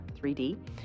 3D